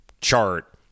chart